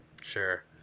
Sure